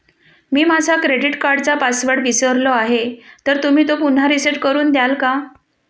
मी माझा क्रेडिट कार्डचा पासवर्ड विसरलो आहे तर तुम्ही तो पुन्हा रीसेट करून द्याल का?